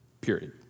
period